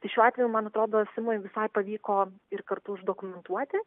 tai šiuo atveju man atrodo simui visai pavyko ir kartu uždokumentuoti